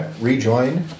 rejoin